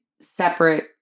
separate